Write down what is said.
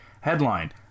Headline